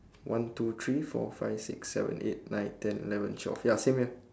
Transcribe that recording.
one two three four five six seven eight nine ten eleven twelve ya same here